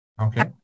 Okay